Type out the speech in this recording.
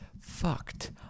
fucked